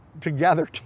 together